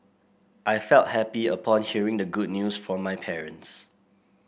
I felt happy upon hearing the good news from my parents